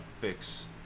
fix